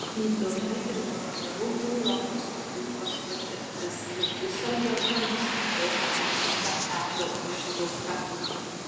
įdomi ir vakarų europos publikos patirtis kaip diuseldorfe nuskambės mūsų spektaklio ištrauka